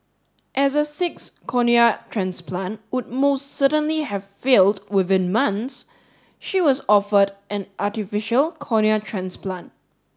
as a sixth cornea transplant would most certainly have failed within months she was offered an artificial cornea transplant